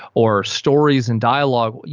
or stories and dialogue,